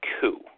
coup